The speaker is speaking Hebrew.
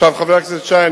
חבר הכנסת שי,